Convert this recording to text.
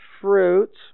fruits